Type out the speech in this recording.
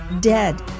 dead